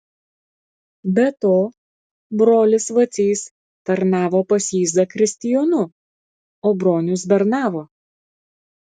be to brolis vacys tarnavo pas jį zakristijonu o bronius bernavo